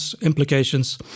implications